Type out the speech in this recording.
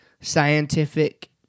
scientific